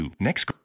Next